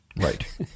Right